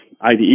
IDE